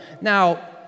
Now